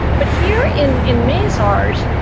but here in in may, czars,